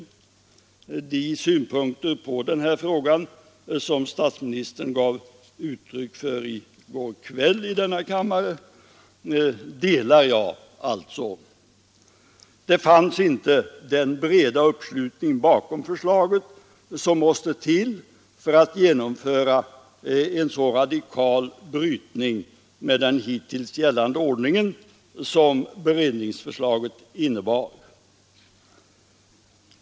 Jag delar alltså de synpunkter på denna fråga som statsministern gav uttryck för i går kväll i kammaren. Det fanns inte en sådan bred uppslutning bakom förslaget som krävs för en så radikal brytning med hittills gällande ordning som för detta kan inte komma i fråga. cyrka—stat-beredningens förslag innebar.